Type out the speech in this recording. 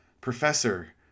professor